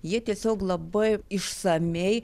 jie tiesiog labai išsamiai